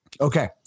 Okay